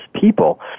people